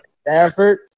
Stanford